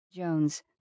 Jones